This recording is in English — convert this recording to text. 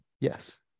Yes